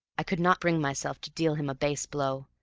i could not bring myself to deal him a base blow,